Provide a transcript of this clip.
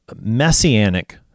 messianic